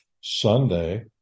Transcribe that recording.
Sunday